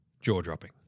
jaw-dropping